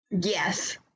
Yes